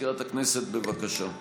מזכירת הכנסת, בבקשה.